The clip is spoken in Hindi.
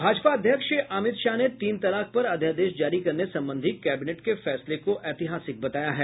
भाजपा अध्यक्ष अमित शाह ने तीन तलाक पर अध्यादेश जारी करने संबंधी कैबिनेट के फैसले को ऐतिहासिक बताया है